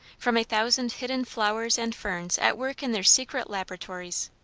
from a thousand hidden flowers and ferns at work in their secret laboratories,